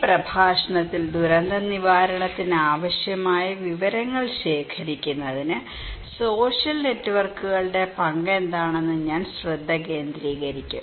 ഈ പ്രഭാഷണത്തിൽ ദുരന്ത നിവാരണത്തിന് ആവശ്യമായ വിവരങ്ങൾ ശേഖരിക്കുന്നതിന് സോഷ്യൽ നെറ്റ്വർക്കുകളുടെ പങ്ക് എന്താണെന്ന് ഞാൻ ശ്രദ്ധ കേന്ദ്രീകരിക്കും